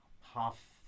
half